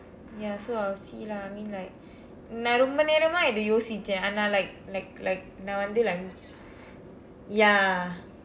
ya so I'll see lah I mean like நான் ரொம்ப நேரமா இத யோசித்தேன் ஆனா:naan rompa neeramaa itha yoosiththeen aanaa like like like நான் வந்து:naan vandthu like ya